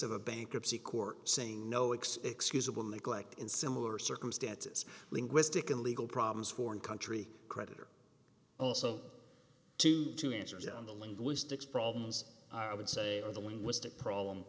of a bankruptcy court saying no expects fusible neglect in similar circumstances linguistic and legal problems foreign country credit or also to the two answers on the linguistics problems i would say are the linguistic problem